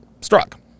struck